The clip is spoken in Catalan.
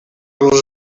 les